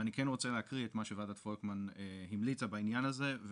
אני כן רוצה להקריא את מה שוועדת פולקמן המליצה בעניין הזה,